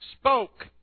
spoke